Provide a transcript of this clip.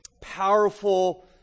powerful